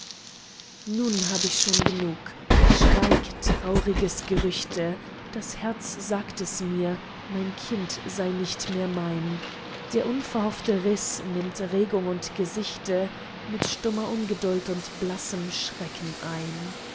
nun hab ich schon genug schweig trauriges gerüchte das herze sagt es mir mein kind sei nicht mehr mein der unverhoffte riß nimmt regung und gesichte mit stummer ungeduld und blassem schrecken ein